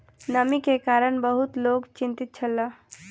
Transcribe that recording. नमी के कारण बहुत लोक चिंतित छल